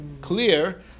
clear